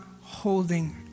holding